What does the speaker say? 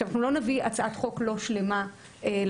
אנחנו לא נביא הצעת חוק לא שלמה לכנסת.